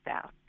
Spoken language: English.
South